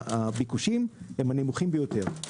בלילה ועד יום ראשון לפני בוקר, בלי הפסקה.